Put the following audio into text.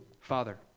Father